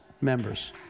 members